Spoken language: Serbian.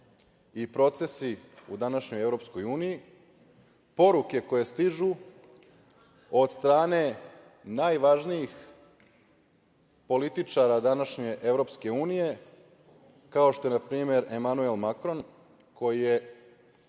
i procesi u današnjoj EU, poruke koje stižu od strane najvažnijih političara današnje EU, kao što je na primer Emanuel Makron, koji je